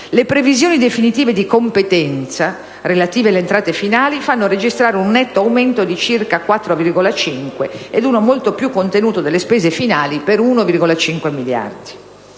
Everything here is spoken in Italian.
le previsioni definitive di competenza, relative alle entrate finali, fanno registrare un netto aumento di circa 4,5 miliardi ed uno, molto più contenuto, delle spese finali, per 1,5 miliardi.